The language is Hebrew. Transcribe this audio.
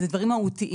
אלה דברים מהותיים,